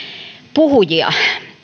puhujia